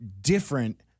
different